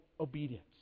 obedience